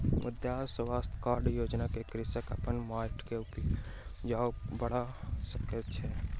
मृदा स्वास्थ्य कार्ड योजना सॅ कृषक अपन माइट के उपज बढ़ा सकै छै